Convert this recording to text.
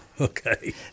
okay